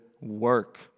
work